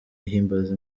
ihimbaza